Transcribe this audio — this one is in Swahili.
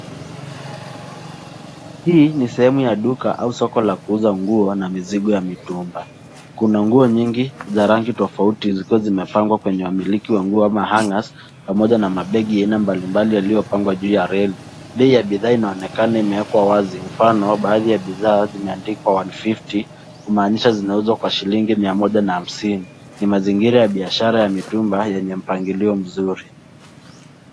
Hii ni sehemu ya duka au soko la kuuza nguo na mizigo ya mitumba. Kuna nguo nyingi za rangi tofauti zikiwa zimepangwa kwenye wamiliki wa nguo kama hangers , pamoja na mabegi mbali mbali yaliyopangwa juu ya reli. Bei ya bidhaa inaonekana imeekwa wazi. Mfano, baadhi ya bidhaa zimeandikwa 150 , kumaanisha zinauzwa kwa shilingi mia moja na hamsini. Ni mazingira ya kibiashara ya mitumba yenye mpangilio mzuri.